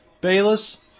Bayless